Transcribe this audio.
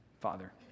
Father